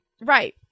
Right